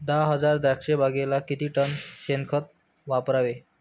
दहा एकर द्राक्षबागेला किती टन शेणखत वापरावे?